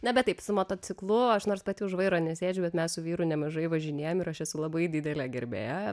na bet taip su motociklu aš nors pati už vairo nesėdžiu bet mes su vyru nemažai važinėjam ir aš esu labai didelė gerbėja